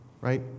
Right